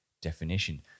definition